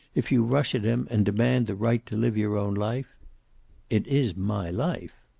if you rush at him, and demand the right to live your own life it is my life.